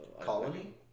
Colony